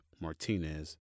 Martinez